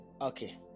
Okay